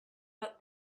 but